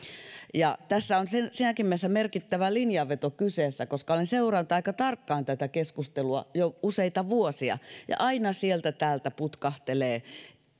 tässä on siinäkin mielessä merkittävä linjanveto kyseessä että olen seurannut aika tarkkaan tätä keskustelua jo useita vuosia ja aina sieltä täältä putkahtelee